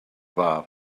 bar